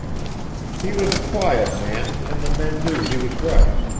he was a quiet man, and the men knew he was right,